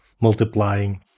multiplying